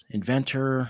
inventor